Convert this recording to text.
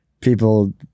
people